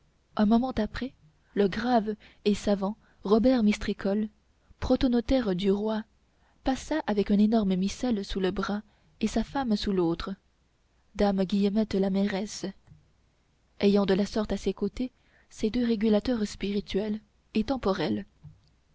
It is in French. un moment après le grave et savant robert mistricolle protonotaire du roi passa avec un énorme missel sous un bras et sa femme sous l'autre damoiselle guillemette la mairesse ayant de la sorte à ses côtés ses deux régulateurs spirituel et temporel